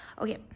Okay